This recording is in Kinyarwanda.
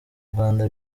rwanda